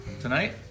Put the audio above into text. Tonight